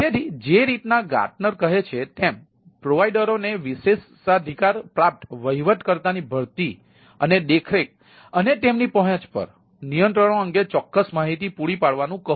તેથી જે રીતે ગાર્ટનર કહે છે તેમ પ્રોવાઇડરઓને વિશેષાધિકાર પ્રાપ્ત વહીવટકર્તાની ભરતી અને દેખરેખ અને તેમની પહોંચ પર નિયંત્રણો અંગે ચોક્કસ માહિતી પૂરી પાડવા નું કહો